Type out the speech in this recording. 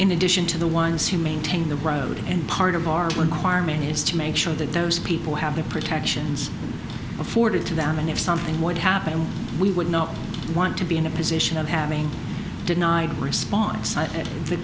in addition to the ones who maintain the road and part of the argument harming is to make sure that those people have the protections afforded to them and if something would happen we would not want to be in a position of having denied response at the